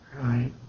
right